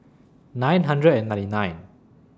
nine hundred and ninety nine